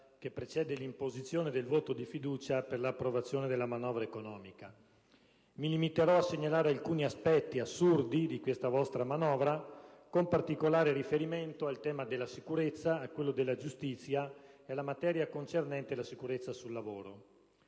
che precede l'imposizione del voto di fiducia per l'approvazione della manovra economica. Mi limiterò a segnalare alcuni aspetti assurdi di questa vostra manovra, con particolare riferimento al tema della sicurezza, a quello della giustizia e alla materia concernente la sicurezza sul lavoro.